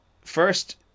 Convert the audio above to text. first